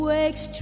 Wakes